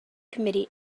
committee